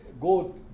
go